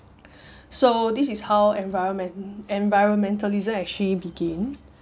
so this is how environment environmentalism actually begin